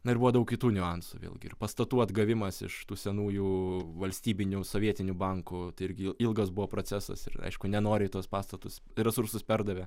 na ir buvo daug kitų niuansų vėlgi ir pastatų atgavimas iš tų senųjų valstybinių sovietinių bankų tai irgi ilgas buvo procesas ir aišku nenoriai tuos pastatus resursus perdavė